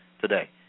today